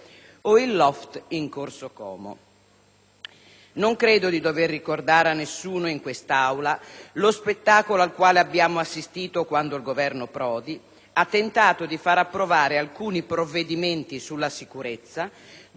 Non credo di dover ricordare a nessuno in quest'Aula lo spettacolo al quale abbiamo assistito quando il Governo Prodi ha tentato di far approvare alcuni provvedimenti sulla sicurezza dopo l'atroce delitto Reggiani.